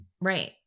Right